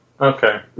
Okay